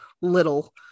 little